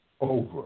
over